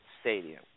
stadium